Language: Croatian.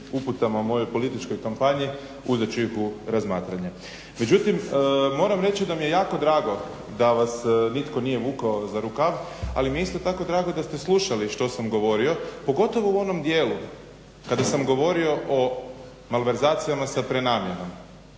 uputama o mojoj političkoj kampanji. Uzet ću ih u razmatranje. Međutim moram reći da mi je jako drago da vas nitko nije vukao za rukav, ali mi je isto tako drago da ste slušali što sam govorio pogotovo u onom dijelu kada sam govorio o malverzacijama sa prenamjenom.